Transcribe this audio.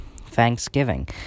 Thanksgiving